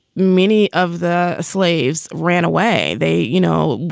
many of the slaves ran away. they you know,